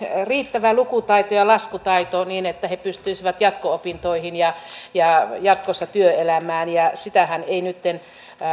riittävä lukutaito ja laskutaito niin että he pystyisivät jatko opintoihin ja ja jatkossa työelämään ja sitähän ei nytten